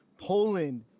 Poland